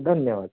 धन्यवाद